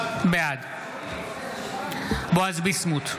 בעד בועז ביסמוט,